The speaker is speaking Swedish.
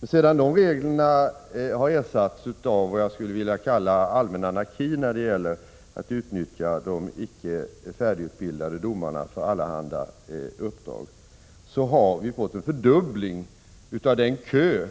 Men sedan de reglerna har ersatts av vad jag vill kalla allmän anarki när det gäller att utnyttja de icke färdigutbildade domarna för allehanda uppdrag, har vi fått en fördubbling av den kö av